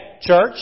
church